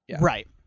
Right